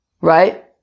right